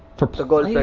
for plating!